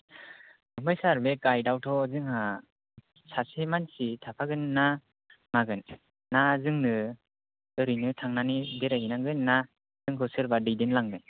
ओंफ्राय सार बे गाइद आवथ' जोंहा सासे मानसि थाफागोन ना मागोन ना जोंनो ओरैनो थांनानै बेरायहैनांगोन ना जोंखौ सोरबा दैदेनलांगोन